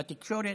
בתקשורת,